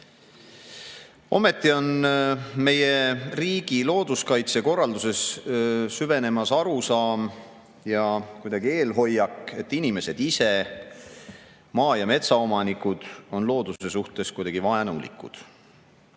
Ometi on meie riigi looduskaitsekorralduses süvenemas arusaam ja kuidagi eelhoiak, et inimesed ise, maa- ja metsaomanikud, on looduse suhtes kuidagi vaenulikud